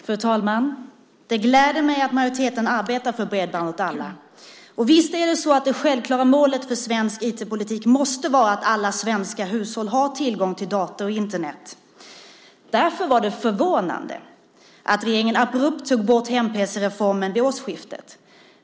Fru talman! Det gläder mig att majoriteten arbetar för bredband åt alla. Visst är det så att det självklara målet för svensk IT-politik måste vara att alla svenska hushåll ska ha tillgång till dator och Internet. Därför var det förvånande att regeringen abrupt tog bort hem-pc-reformen vid årsskiftet.